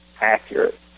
accurate